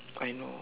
I know